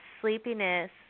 sleepiness